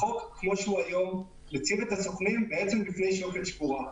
החוק כמו שהוא היום מציב את הסוכנים בפני שוקת שבורה.